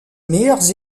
meilleurs